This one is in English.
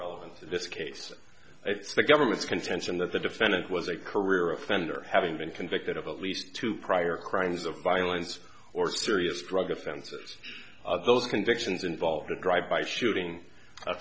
relevant this case it's the government's contention that the defendant was a career offender having been convicted of at least two prior crimes of violence or serious drug offenses those convictions involved a drive by shooting